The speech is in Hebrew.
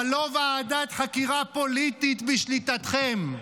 אבל לא ועדת חקירה פוליטית בשליטתכם.